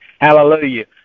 Hallelujah